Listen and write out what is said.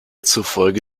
zufolge